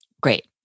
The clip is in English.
Great